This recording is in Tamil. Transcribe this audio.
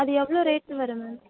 அது எவ்வளோ ரேட்டு வரும் மேம்